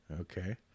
Okay